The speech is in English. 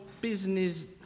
business